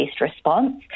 response